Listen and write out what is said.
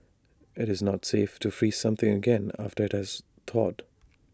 IT is not safe to freeze something again after IT has thawed